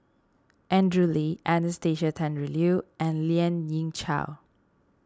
Andrew Lee Anastasia Tjendri Liew and Lien Ying Chow